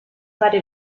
fare